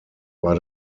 war